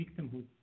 victimhood